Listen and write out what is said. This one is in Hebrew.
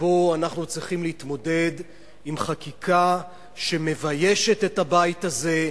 שבו אנחנו צריכים להתמודד עם חקיקה שמביישת את הבית הזה,